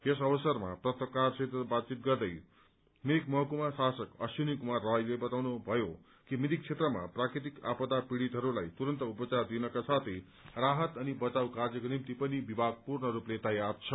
यस अवसरमा पत्रकारहरूसित बातचित गर्दै मिरिक महकूमा शासक अश्विनी कुमार रायले बताउनुभयो कि मिरिक क्षेत्रमा प्राकृतिक आपदा पीडितहरूलाई तुरन्त उपचार दिनका साथै राहत अनि बचाव कार्यको निम्ति पनि विभाग पूर्णस्पले तयार छ